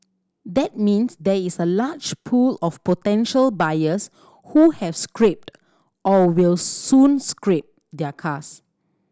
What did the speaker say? that means there is a large pool of potential buyers who have scrapped or will soon scrap their cars